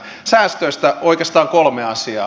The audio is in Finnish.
säästöistä oikeastaan kolme asiaa